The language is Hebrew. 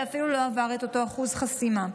שאפילו לא עבר את אותו אחוז חסימה.